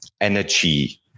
energy